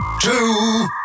two